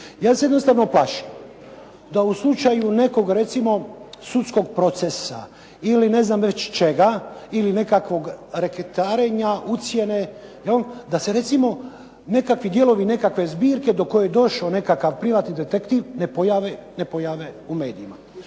Ja se jednostavno plašim da u slučaju nekog recimo sudskog procesa ili ne znam već čega, ili nekakvog reketarenja, ucjene da se recimo nekakvi dijelovi nekakve zbirke do koje je došao nekakav privatni detektiv ne pojave u medijima.